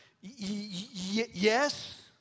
Yes